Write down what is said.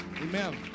Amen